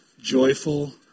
joyful